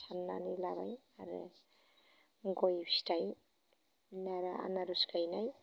साननानै लाबाय आरो गय फिथाइ आनारस गायनाय